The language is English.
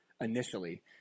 initially